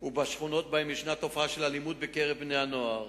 ובשכונות שבהן יש תופעה של אלימות בקרב בני-הנוער,